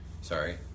Sorry